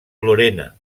lorena